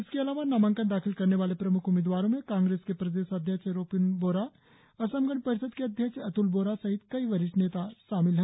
इसके अलावा नामांकन दाख़िल करने वाले प्रमुख उम्मीदवारों में कांग्रेस के प्रदेशाध्यक्ष रिप्न बोरा और असम गणपरिषद के अध्यक्ष अत्ल बोरा सहित कई वरिष्ठ नेता शामिल हैं